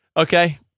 okay